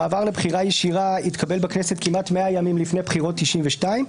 המעבר לבחירה ישירה התקבל בכנסת כמעט 100 ימים לפני בחירות 1992,